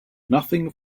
nothing